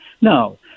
No